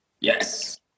Yes